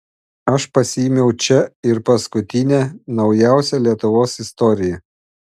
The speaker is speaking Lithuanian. aš pasiėmiau čia ir paskutinę naujausią lietuvos istoriją